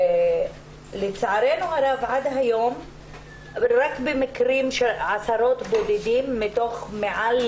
לצערנו הרב עד היום רק במקרים של עשרות בודדות מעל